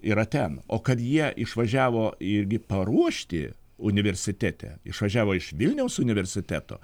yra ten o kad jie išvažiavo irgi paruošti universitete išvažiavo iš vilniaus universiteto